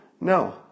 No